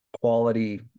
quality